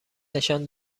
نشان